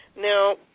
Now